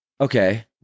Okay